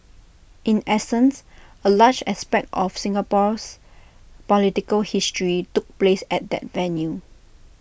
in essence A large aspect of Singapore's political history took place at that venue